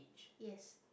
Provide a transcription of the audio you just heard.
yes